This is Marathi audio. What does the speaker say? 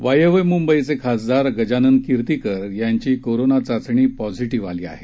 वायव्य मुंबईचे खासदार गजानन कीर्तिकर यांची कोरोना चाचणी पॉजिटिव्ह आली आहे